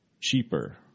cheaper